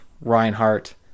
Reinhardt